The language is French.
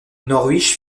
norwich